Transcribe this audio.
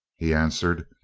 he answered,